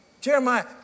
Jeremiah